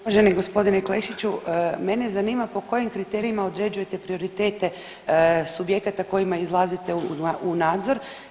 Uvaženi g. Klešiću, mene zanima po kojim kriterijima određujete prioritete subjekata kojima izlazite u nadzor.